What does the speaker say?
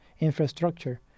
infrastructure